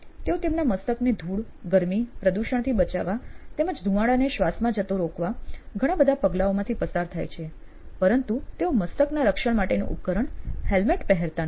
તેઓ તેમના મસ્તકને ધૂળ ગરમી પ્રદૂષણથી બચાવવા તેમજ ધુમાડાને શ્વાસમાં જતો રોકવા ઘણા બધા પગલાઓમાંથી પસાર થાય છે પરંતુ તેઓ મસ્તક ના રક્ષણ માટેનું ઉપકરણ હેલ્મેટ પહેરતા નથી